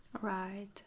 Right